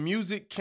Music